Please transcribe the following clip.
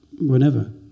whenever